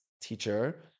teacher